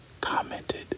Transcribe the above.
commented